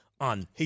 on